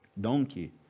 Donkey